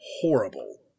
horrible